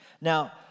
Now